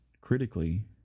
critically